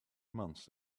months